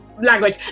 Language